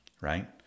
right